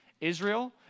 Israel